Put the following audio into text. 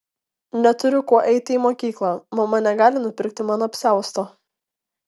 neturiu kuo eiti į mokyklą mama negali nupirkti man apsiausto